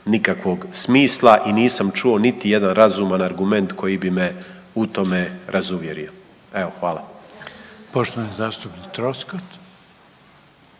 nikakvog smisla. I nisam čuo niti jedan razuman argument koji bi me u tome razuvjerio. Evo hvala. **Reiner, Željko